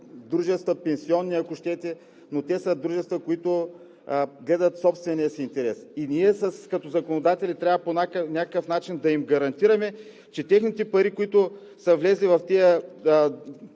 дружества, ако щете, но те са дружества, които гледат собствения си интерес и ние като законодатели трябва по някакъв начин да им гарантираме, че техните пари, които са влезли в тези